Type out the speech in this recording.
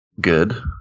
good